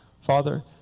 Father